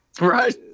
right